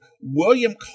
William